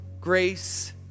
grace